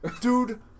Dude